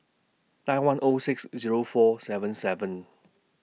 nine one O six Zero four seven seven